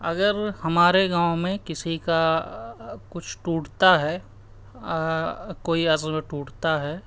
اگر ہمارے گاؤں میں کسی کا کچھ ٹوٹتا ہے کوئی عضو ٹوٹتا ہے